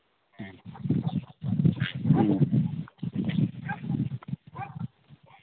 ꯎꯝ